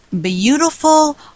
beautiful